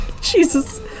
Jesus